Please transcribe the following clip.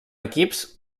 equips